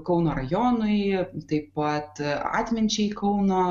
kauno rajonui taip pat atminčiai kauno